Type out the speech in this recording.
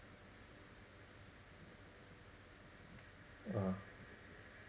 ah